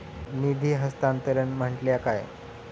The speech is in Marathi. निधी हस्तांतरण म्हटल्या काय?